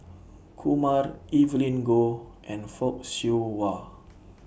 Kumar Evelyn Goh and Fock Siew Wah